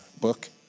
book